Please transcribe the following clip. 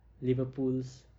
liverpool's